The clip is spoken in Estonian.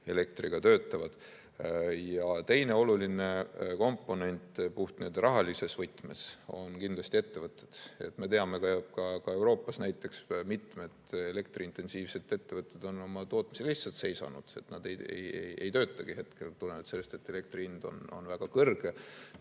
elektriga töötavad. Teine oluline komponent puhtrahalises võtmes on kindlasti ettevõtted. Me teame ju, ka Euroopas näiteks mitmed elektriintensiivsed ettevõtted on oma tootmise lihtsalt seisanud, nad ei töötagi hetkel tulenevalt sellest, et elektri hind on väga kõrge.